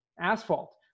asphalt